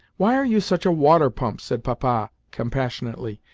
why are you such a water-pump? said papa compassionately,